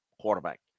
quarterback